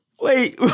Wait